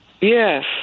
yes